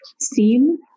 seen